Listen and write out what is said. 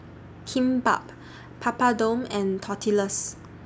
Kimbap Papadum and Tortillas